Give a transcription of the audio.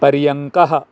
पर्यङ्कः